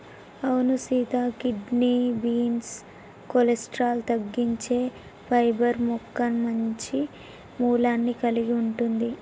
అవును సీత kidney beans cholesterol తగ్గించే పైబర్ మొక్క మంచి మూలాన్ని కలిగి ఉంటుంది